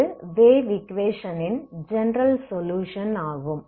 இது வேவ் ஈக்வேஷனின் general solution ஆகும்